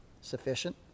sufficient